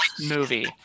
movie